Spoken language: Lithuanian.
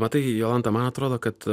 matai jolanta man atrodo kad